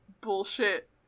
bullshit